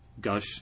Gush